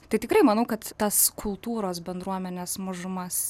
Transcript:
tai tikrai manau kad tas kultūros bendruomenės mažumas